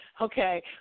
Okay